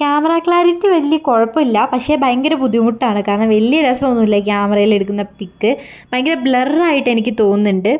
camera clarity വല്യ കൊഴപ്പില്ലാ പക്ഷെ ഭയങ്കര ബുദ്ധിമുട്ടാണ് കാരണം വല്യ രസോന്നുല്ല ക്യാമറേൽ എടുക്കുന്ന പിക്ക് ഭയങ്കര ബ്ലർ ആയിട്ട് എനിക്ക് തോന്നുന്നു ണ്ട്